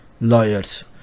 lawyers